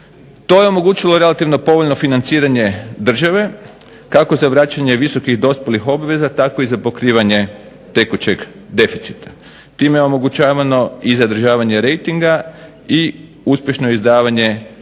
To je omogućilo relativno povoljno financiranje države kako za vraćanje visokih dospjelih obveza tako i za pokrivanje tekućeg deficita. Time je omogućavano i zadržavanje rejtinga i uspješno izdavanje inozemnih